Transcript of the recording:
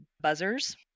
buzzers